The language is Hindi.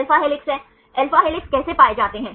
तो alpha हेलिक्स हैं alpha हेलिक्स कैसे पाए जाते हैं